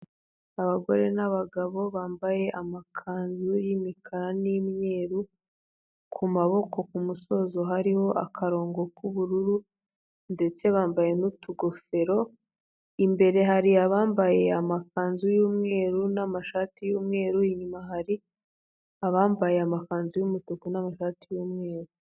Abagore n'abagabo bambaye amakanzu y'imikara n'imyeru, ku maboko ku musozo hariho akarongo k'ubururu ndetse bambaye n'utugofero, imbere hari abambaye amakanzu y'umweru n'amashati y'umweru, inyuma hari abambaye amakanzu y'umutuku n'amashati y'umweru.